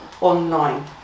online